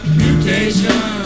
mutation